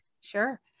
sure